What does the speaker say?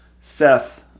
Seth –